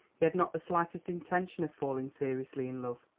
he had not the slightest intention of falling seriously in love.